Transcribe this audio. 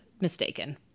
mistaken